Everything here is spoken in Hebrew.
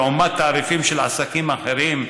לעומת תעריפים של עסקים אחרים,